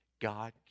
God